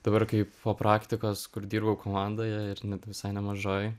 dabar kai po praktikos kur dirbau komandoje ir net visai nemažoj